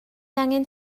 angen